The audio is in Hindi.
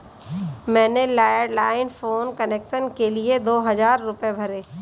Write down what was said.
मैंने लैंडलाईन फोन कनेक्शन के लिए दो हजार रुपए भरे